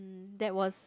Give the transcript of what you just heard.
that was